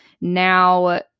now